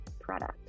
product